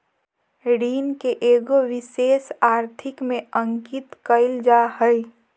ऋण के एगो विशेष आर्थिक में अंकित कइल जा हइ